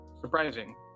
surprising